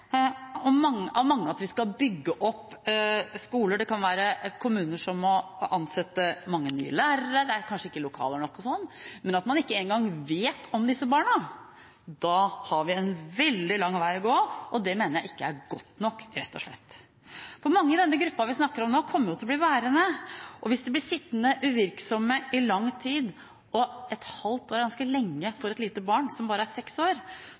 av mange at vi skal bygge opp skoler. Det kan være kommuner som må ansette mange nye lærere, det er kanskje ikke lokaler nok osv. Men at man ikke engang vet om disse barna – da har vi en veldig lang vei å gå. Det mener jeg ikke er godt nok, rett og slett. Mange i denne gruppa vi snakker om nå, kommer til å bli værende. Hvis de blir sittende uvirksomme i lang tid – og et halvt år er ganske lenge for et lite barn som bare er seks år